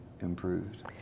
improved